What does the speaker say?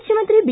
ಮುಖ್ಯಮಂತ್ರಿ ಬಿ